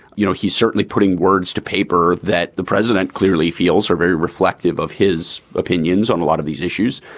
you know, he's certainly putting words to paper that the president clearly feels are very reflective of his opinions on a lot of these issues.